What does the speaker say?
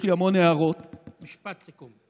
יש לי המון הערות, משפט סיכום.